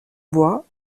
bois